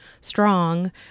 strong